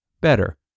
better